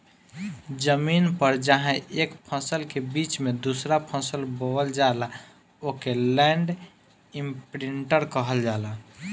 जमीन पर जहां एक फसल के बीच में दूसरा फसल बोवल जाला ओके लैंड इमप्रिन्टर कहल जाला